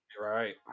Right